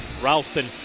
Ralston